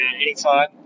Anytime